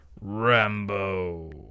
Rambo